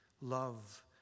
love